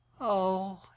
Oh